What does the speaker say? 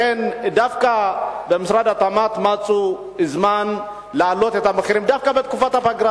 לכן דווקא במשרד התמ"ת מצאו זמן להעלות את המחירים דווקא בתקופת הפגרה.